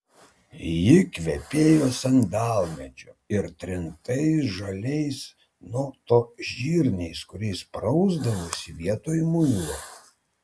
ji kvepėjo sandalmedžiu ir trintais žaliais nu to žirniais kuriais prausdavosi vietoj muilo